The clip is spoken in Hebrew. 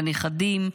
לנכדים,